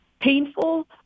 painful